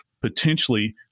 potentially